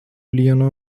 leona